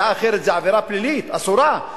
הדעה האחרת זה עבירה פלילית, אסורה.